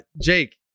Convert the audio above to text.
Jake